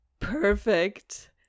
perfect